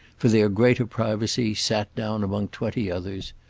for their greater privacy, sat down among twenty others,